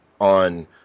on